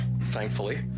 thankfully